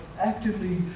actively